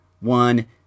One